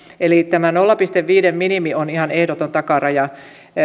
eli tämä nolla pilkku viiden minimi on ihan ehdoton takaraja